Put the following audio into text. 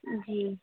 جی